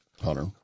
Hunter